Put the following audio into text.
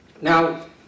Now